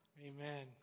Amen